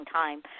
time